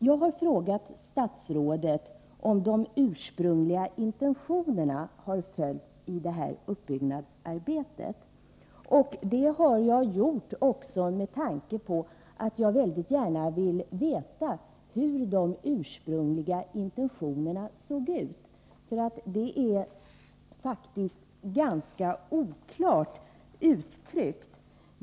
Jag har frågat statsrådet om de ursprungliga intentionerna har följts i det här uppbyggnadsarbetet, och det har jag gjort också med tanke på att jag mycket gärna vill veta hur de ursprungliga intentionerna såg ut. Det är faktiskt ganska oklart uttryckt.